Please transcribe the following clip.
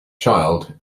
child